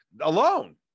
Alone